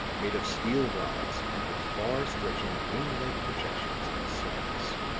made of steel rods and with far-stretching wing-like projections at the sides.